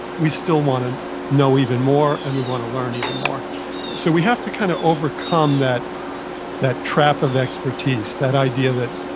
we still want to know even more and we want to learn even more so we have to kind of overcome that that trap of expertise, that idea that,